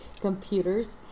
computers